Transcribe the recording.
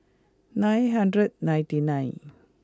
nine hundred ninety nine